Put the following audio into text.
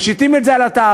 משיתים את זה על התעריף,